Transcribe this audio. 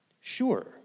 Sure